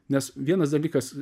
nes vienas dalykas